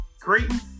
Creighton